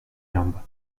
jambe